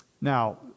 Now